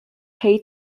hay